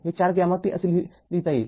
हे ४ γt असे लिहिता येईल